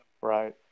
Right